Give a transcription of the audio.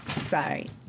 Sorry